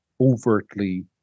overtly